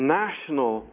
national